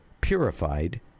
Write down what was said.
purified